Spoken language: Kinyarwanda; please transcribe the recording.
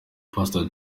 pastor